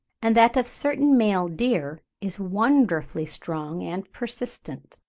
and that of certain male deer is wonderfully strong and persistent.